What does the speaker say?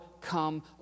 ...come